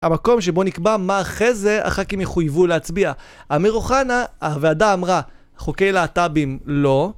המקום שבו נקבע מה אחרי זה, אחר כן יחויבו להצביע. אמיר אוחנה, הוועדה אמרה, חוקי להטאבים לא.